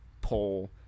pull